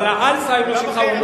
אבל האלצהיימר שלך הוא מתקדם.